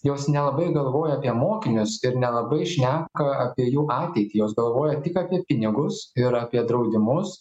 jos nelabai galvoja apie mokinius ir nelabai šneka apie jų ateitį jos galvoja tik apie pinigus ir apie draudimus